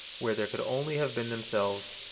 where there could only have been themselves.